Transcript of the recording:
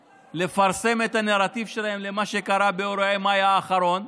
ולפרסם את הנרטיב שלהם למה שקרה באירועי מאי האחרון,